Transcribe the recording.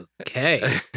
Okay